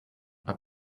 are